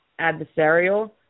adversarial